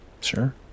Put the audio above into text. Sure